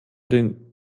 den